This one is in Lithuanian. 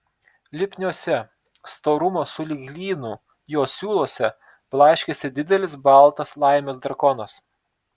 lipniuose storumo sulig lynu jo siūluose blaškėsi didelis baltas laimės drakonas